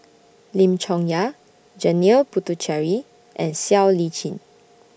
Lim Chong Yah Janil Puthucheary and Siow Lee Chin